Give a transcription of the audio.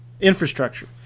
infrastructure